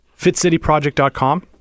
Fitcityproject.com